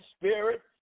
spirit